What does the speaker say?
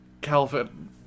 Calvin